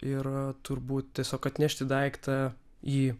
ir turbūt tiesiog atnešti daiktą jį